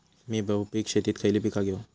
मी बहुपिक शेतीत खयली पीका घेव?